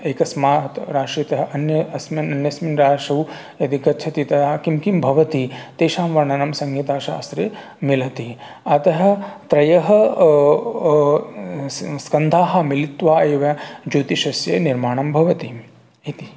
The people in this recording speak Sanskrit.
एकस्मात् राशितः अन्ये अस्मिन् अन्यस्मिन् राशौ यदि गच्छति तदा किं किं भवति तेषां वर्णनं संहिताशास्त्रे मिलति अतः त्रयः स्कन्धाः मिलित्वा एव ज्योतिषस्य निर्माणं भवति इति